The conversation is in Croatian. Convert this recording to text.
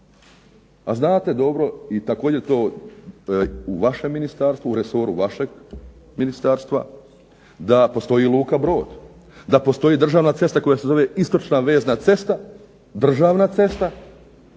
a znate dobro i također je to u vašem ministarstvu, u resoru vašeg ministarstva, da postoji i luka Brod, da postoji državna cesta koja se zove Istočna vezna cesta, državna cesta